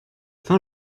fin